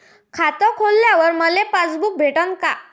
खातं खोलल्यावर मले पासबुक भेटन का?